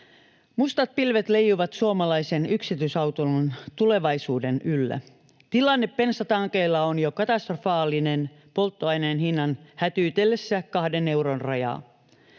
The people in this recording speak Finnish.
Mustat pilvet leijuvat suomalaisen yksi-tyisautoilun tulevaisuuden yllä. Tilanne bensatankeilla on jo katastrofaalinen polttoaineen hinnan hätyytellessä 2 euron rajaa.